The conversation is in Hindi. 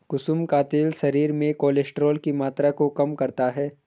कुसुम का तेल शरीर में कोलेस्ट्रोल की मात्रा को कम करता है